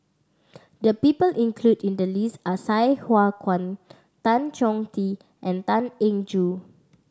the people include in the list are Sai Hua Kuan Tan Chong Tee and Tan Eng Joo